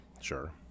Sure